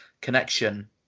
connection